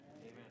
Amen